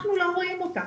אנחנו לא רואים אותה.